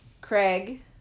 Craig